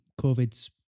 COVID's